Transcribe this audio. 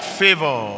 favor